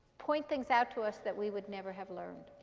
point things out to us that we would never have learned.